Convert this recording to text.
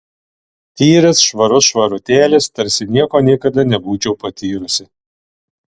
tyras švarut švarutėlis tarsi nieko niekada nebūčiau patyrusi